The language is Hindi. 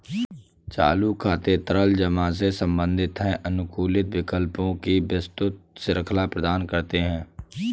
चालू खाते तरल जमा से संबंधित हैं, अनुकूलित विकल्पों की विस्तृत श्रृंखला प्रदान करते हैं